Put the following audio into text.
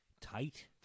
Tight